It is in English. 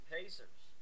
Pacers